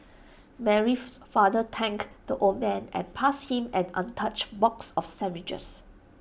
Mary's father thanked the old man and passed him an untouched box of sandwiches